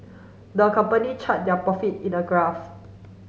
the company chart their profit in a graph